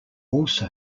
also